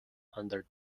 under